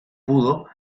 pudo